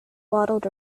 waddled